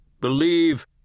Believe